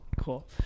cool